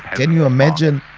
can you imagine?